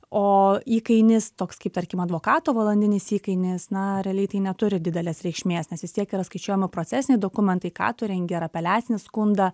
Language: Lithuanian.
o įkainis toks kaip tarkim advokato valandinis įkainis na realiai tai neturi didelės reikšmės nes vis tiek yra skaičiuojami procesiniai dokumentai ką tu rengi ar apeliacinį skundą